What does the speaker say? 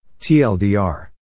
TLDR